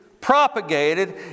propagated